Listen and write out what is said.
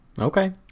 Okay